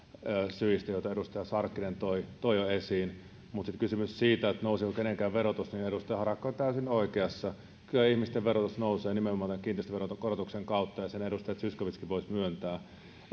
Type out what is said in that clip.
syistä joita edustaja sarkkinen toi toi jo esiin mutta sitten kysymyksessä siitä nouseeko kenenkään verotus edustaja harakka on täysin oikeassa kyllä ihmisten verotus nousee nimenomaan tämän kiinteistöveron korotuksen kautta ja sen edustaja zyskowiczkin voisi myöntää